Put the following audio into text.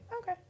Okay